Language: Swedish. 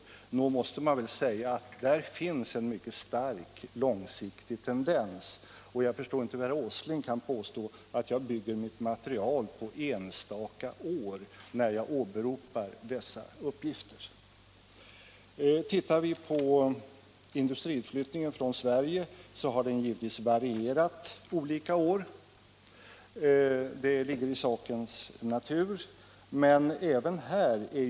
Nog måste man väl säga att där finns en mycket stark långsiktig tendens. Jag förstår inte hur herr Åsling kan påstå att jag bygger mitt material Nr 56 på enstaka år när jag åberopar dessa uppgifter. Onsdagen den Industriutflyttningen från Sverige har givetvis varierat olika år, det 19 januari 1977 ligger i sakens natur.